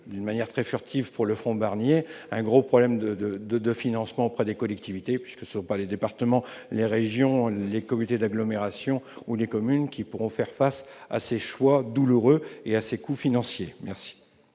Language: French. de manière très furtive concernant le fonds Barnier -un important problème de financement pour les collectivités, puisque ce ne sont pas les départements, les régions, les communautés d'agglomération ou les communes qui pourront faire face à ces choix douloureux et à ces coûts financiers. La